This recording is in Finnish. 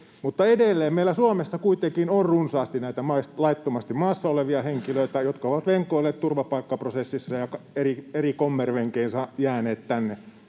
edelleen meillä Suomessa kuitenkin on runsaasti näitä laittomasti maassa olevia henkilöitä, jotka ovat venkoilleet turvapaikkaprosessissa ja eri kommervenkein jääneet tänne